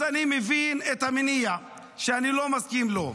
אז אני מבין את המניע, שאני לא מסכים לו.